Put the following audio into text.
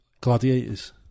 Gladiators